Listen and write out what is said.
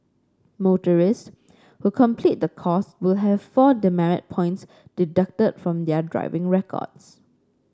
motorists who complete the course will have four demerit points deducted from their driving records